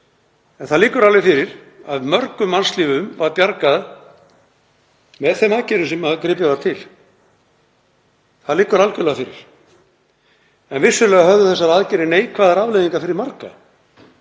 En það liggur fyrir að mörgum mannslífum var bjargað með þeim aðgerðum sem gripið var til. Það liggur algerlega fyrir. Vissulega höfðu þessar aðgerðir neikvæðar afleiðingar fyrir marga